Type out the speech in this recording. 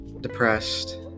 depressed